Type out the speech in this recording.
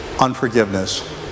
unforgiveness